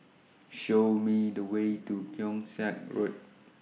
Show Me The Way to Keong Saik Road